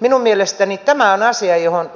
minun mielestäni tämä on asia johon